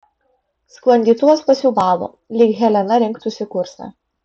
sklandytuvas pasiūbavo lyg helena rinktųsi kursą